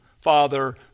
Father